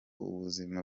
ubuzima